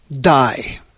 Die